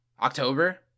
October